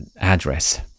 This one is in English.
address